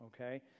okay